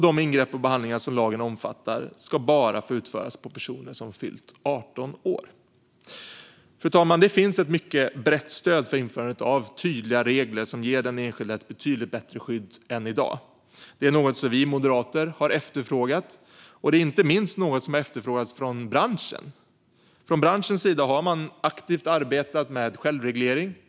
De ingrepp och behandlingar som lagen omfattar ska bara få utföras på personer som har fyllt 18 år. Fru talman! Det finns ett mycket brett stöd för införandet av tydliga regler som ger den enskilde ett betydligt bättre skydd än i dag. Det är något vi moderater har efterfrågat, och det har inte minst efterfrågats av branschen. Inom branschen har man aktivt arbetat med självreglering.